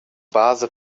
basa